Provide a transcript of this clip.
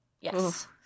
yes